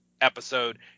episode